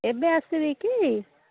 ଏବେ ଆସିବି କି